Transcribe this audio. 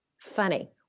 Funny